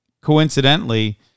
coincidentally